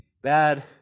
Bad